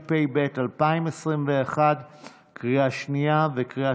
אני רוצה להגיד כבר במאמר מוסגר,